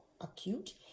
acute